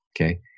Okay